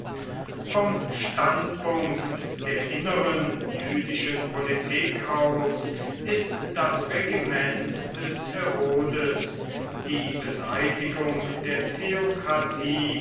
vom standpunkt der inneren jüdischen politik aus ist das regiment des herodes die beseitigung der